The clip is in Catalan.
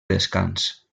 descans